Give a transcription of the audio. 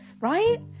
right